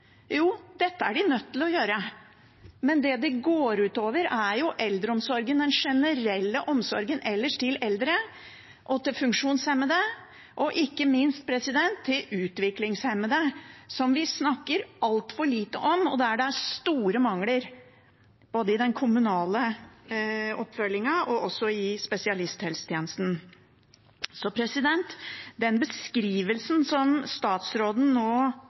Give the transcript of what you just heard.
Jo, dette er de nødt til å gjøre, men det går ut over eldreomsorgen, den generelle omsorgen ellers til eldre og til funksjonshemmede, og ikke minst til utviklingshemmede, som vi snakker altfor lite om, og der det er store mangler både i den kommunale oppfølgingen og også i spesialisthelsetjenesten. Så den beskrivelsen som statsråden nå